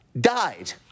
died